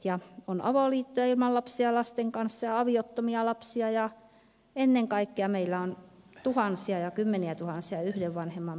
ja on avoliittoja ilman lapsia ja lasten kanssa ja aviottomia lapsia ja ennen kaikkea meillä on tuhansia ja kymmeniätuhansia yhden vanhemman perheitä